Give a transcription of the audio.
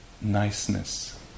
niceness